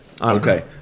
okay